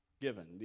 given